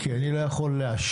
כי אני לא יכול לאשר,